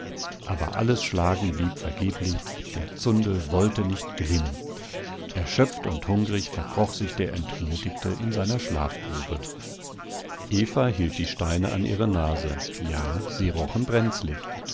aber alles schlagen blieb vergeblich der zundel wollte nicht glimmen erschöpft und hungrig verkroch sich der entmutigte in seiner schlafgrube eva hielt die steine an ihre nase ja sie rochen brenzlig